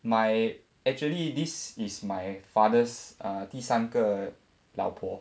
my actually this is my father's uh 第三个老婆